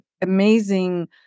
amazing